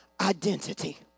identity